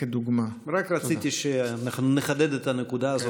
רק רציתי שאנחנו נחדד את הנקודה הזאת,